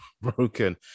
broken